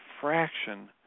fraction